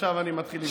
עכשיו אני מתחיל.